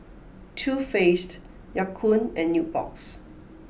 Too Faced Ya Kun and Nubox